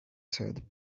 said